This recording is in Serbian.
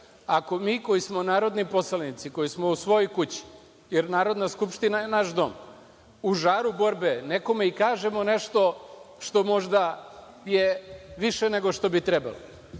Ako mi, koji smo narodni poslanici, koji smo u svojoj kući, jer Narodna skupština je naš dom, u žaru borbe nekome i kažemo nešto što možda je više nego što bi trebalo,